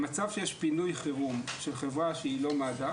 במצב שיש פינוי חירום של חברה שהיא לא מד"א